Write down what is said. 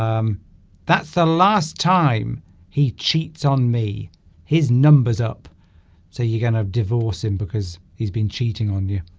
um that's the last time he cheats on me his numbers up so you're gonna divorce him because he's been cheating on you